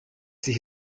sich